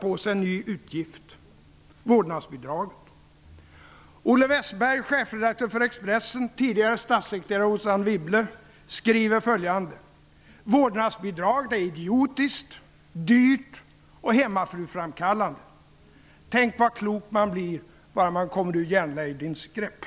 på sig en ny utgift: ''Vårdnadsbidraget är idiotiskt -- dyrt och hemmafruframkallande.'' Tänk vad klok man blir, bara man kommer ur järnladyns grepp.